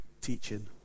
teaching